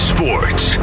Sports